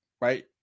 right